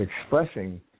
expressing